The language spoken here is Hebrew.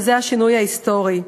וזה השינוי ההיסטורי.